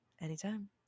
anytime